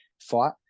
fight